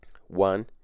One